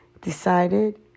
decided